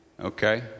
Okay